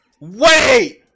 wait